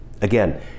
Again